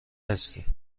هستی